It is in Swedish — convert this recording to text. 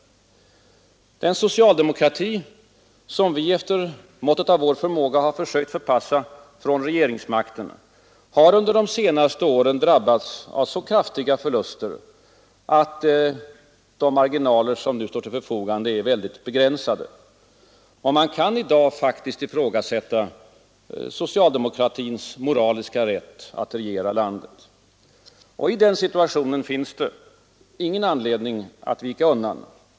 Den socialdemokrati som vi efter måttet av vår förmåga sökt förpassa från regeringsmakten har under de senaste åren drabbats av så kraftiga förluster att de marginaler som nu står till förfogande är mycket begränsade. Man kan i dag faktiskt ifrågasätta socialdemokratins moraliska rätt att regera landet. I den situationen finns det ingen anledning att vika undan.